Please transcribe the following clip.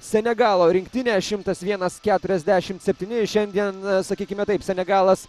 senegalo rinktinę šimtas vienas keturiasdešimt septyni šiandien sakykime taip senegalas